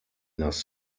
nas